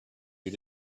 you